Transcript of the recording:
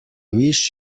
wish